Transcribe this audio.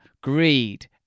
greed